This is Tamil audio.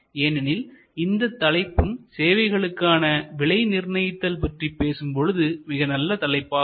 ஏனெனில் இந்த தலைப்பும் சேவைகளுக்கான விலை நிர்ணயித்தல் பற்றி பேசும் பொழுது மிக நல்ல தலைப்பு ஆகும்